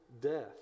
death